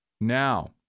Now